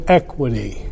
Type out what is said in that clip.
equity